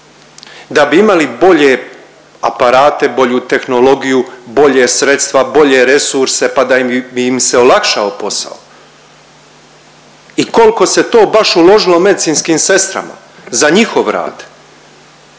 da bi imali bolje aparate, bolju tehnologiju, bolja sredstva, bolje resurse pa da bi im se olakšao posao. I koliko se to baš uložilo medicinskim sestrama za njihov rad?